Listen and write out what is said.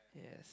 yes